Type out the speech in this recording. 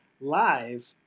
live